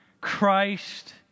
Christ